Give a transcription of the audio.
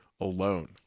alone